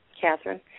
Catherine